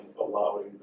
allowing